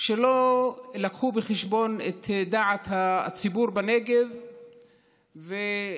שלא הביאו בחשבון את דעת הציבור בנגב ונכשלו.